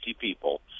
people